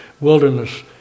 wilderness